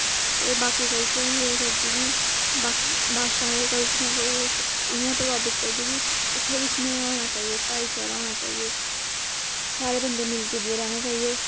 ते बाकी कल्चरें बी एह् करदी कि बाकी भाशाएं ते कल्चरें गी इ'यां प्रभावित करदी कि उत्थें बी स्नेह होना चाहिए भाईचारा होना चाहिए सारे बन्दे मिली जुलियै रैह्ने चाहिए